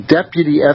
Deputy